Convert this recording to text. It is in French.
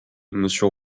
monsieur